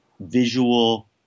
visual